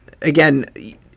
again